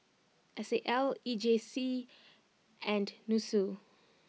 S A L E J C and Nussu